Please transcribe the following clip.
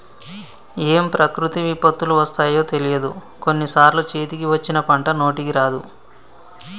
ఏం ప్రకృతి విపత్తులు వస్తాయో తెలియదు, కొన్ని సార్లు చేతికి వచ్చిన పంట నోటికి రాదు